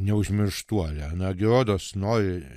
neužmirštuolę nagi odos nori